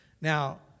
Now